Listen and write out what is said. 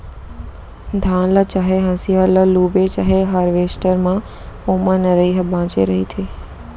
धान ल चाहे हसिया ल लूबे चाहे हारवेस्टर म ओमा नरई ह बाचे रहिथे